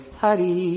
hari